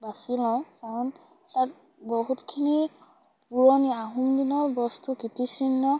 বাছি লওঁ কাৰণ তাত বহুতখিনি পুৰণি আহোম দিনৰ বস্তু কীৰ্তিচিহ্ন